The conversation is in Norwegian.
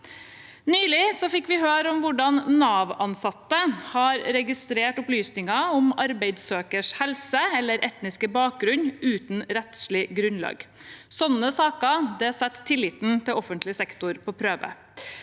Nylig fikk vi høre om hvordan Nav-ansatte har registrert opplysninger om arbeidssøkeres helse eller etniske bakgrunn uten rettslig grunnlag. Slike saker setter tilliten til offentlig sektor på prøve.